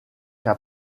qu’à